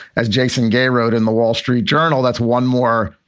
as jason gay wrote in the wall street journal, that's one more,